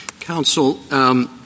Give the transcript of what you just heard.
Counsel